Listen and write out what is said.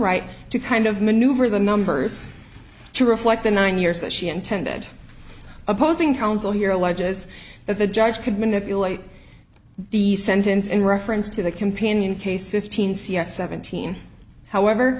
right to kind of maneuver the numbers to reflect the nine years that she intended opposing counsel here alleges that the judge could manipulate the sentence in reference to the companion case fifteen c f seventeen however